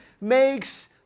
makes